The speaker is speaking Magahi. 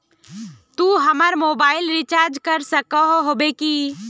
तू हमर मोबाईल रिचार्ज कर सके होबे की?